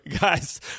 Guys